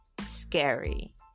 scary